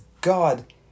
God